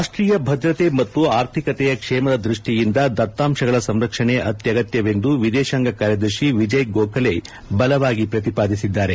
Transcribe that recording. ರಾಷ್ಟೀಯ ಭದ್ರತೆ ಮತ್ತು ಆರ್ಥಿಕತೆಯ ಕ್ಷೇಮದ ದೃಷ್ಟಿಯಿಂದ ದತ್ತಾಂಶಗಳ ಸಂರಕ್ಷಣೆ ಅತ್ಯಗತ್ಯವೆಂದು ವಿದೇಶಾಂಗ ಕಾರ್ಯದರ್ಶಿ ವಿಜಯ್ ಗೋಖಲೆ ಬಲವಾಗಿ ಪ್ರತಿಪಾದಿಸಿದ್ದಾರೆ